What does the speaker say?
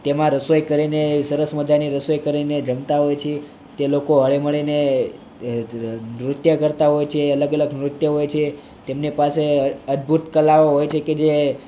તેમાં રસોઈ કરીને સરસ મજાની રસોઈ કરીને જમતા હોય છે તે લોકો હળીમળીને નૃત્ય કરતા હોય છે અલગ અલગ નૃત્ય હોય છે તેમની પાસે અદ્ભૂત કલાઓ હોય છે કે જે